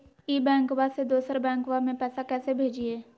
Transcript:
ई बैंकबा से दोसर बैंकबा में पैसा कैसे भेजिए?